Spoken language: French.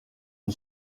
une